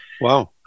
Wow